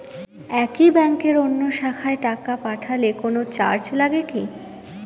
একই ব্যাংকের অন্য শাখায় টাকা পাঠালে কোন চার্জ লাগে কি?